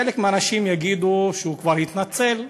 חלק מהאנשים יגידו שהוא כבר התנצל,